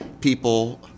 people